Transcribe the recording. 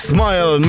Smile